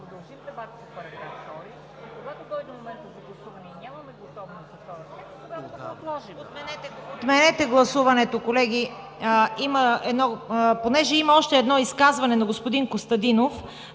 Отменете гласуването, колеги. Тъй като има изказване на господин Костадинов,